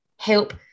help